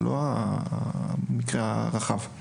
אני